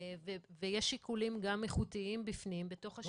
ויש שיקולים גם איכותיים בפנים, בתוך השיקולים.